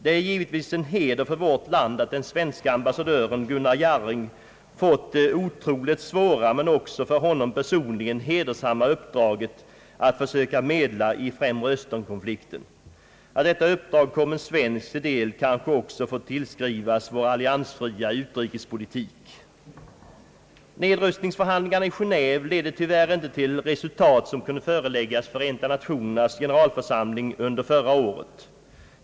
Det är givetvis en heder för vårt land att den svenske ambassadören Gunnar Jarring fått det otroligt svåra men också för honom personligen hedersamma uppdraget att försöka medla i Främre öÖstern-konflikten. Att detta uppdrag kom en svensk till del kanske också får tillskrivas vår alliansfria utrikespolitik. Nedrustningsförhandlingarna i Genéeve ledde tyvärr inte till resultat som kunde föreläggas Förenta Nationernas generalförsamling under förra året.